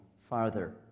farther